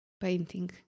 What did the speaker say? painting